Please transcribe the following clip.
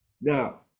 now